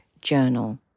journal